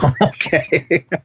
okay